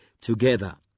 together